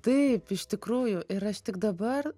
taip iš tikrųjų ir aš tik dabar